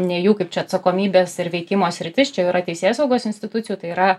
ne jų kaip čia atsakomybės ir veikimo sritis čia jau yra teisėsaugos institucijų tai yra